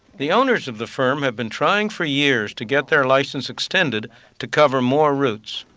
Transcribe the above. the owners of the firm have been trying for years to get their license extended to cover more routes.